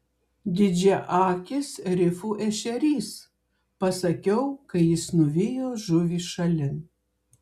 didžiaakis rifų ešerys pasakiau kai jis nuvijo žuvį šalin